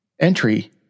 entry